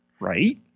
Right